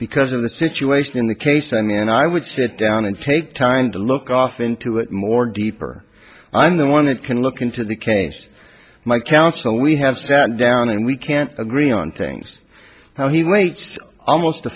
because of the situation in the case and i would sit down and take time to look off into it more deeper i'm the one that can look into the case to my counsel we have sat down and we can't agree on things how he waits almost a